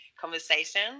conversation